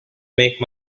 make